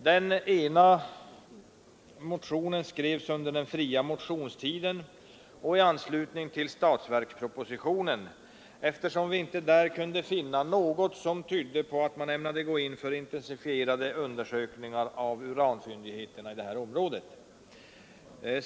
Den ena motionen skrevs under den fria motionstiden och i anslutning till statsverkspropositionen, eftersom vi inte där kunde finna något som tydde på att man ämnade gå in för intensifierade undersökningar av uranfyndigheterna i det området.